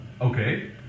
Okay